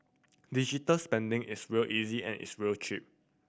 digital spending is real easy and it's real cheap